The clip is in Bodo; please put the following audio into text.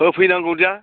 होफैनांगौ दा